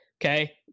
Okay